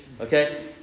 okay